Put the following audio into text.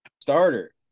starter